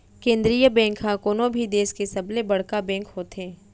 केंद्रीय बेंक ह कोनो भी देस के सबले बड़का बेंक होथे